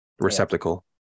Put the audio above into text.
receptacle